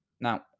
Now